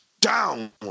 down